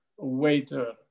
waiter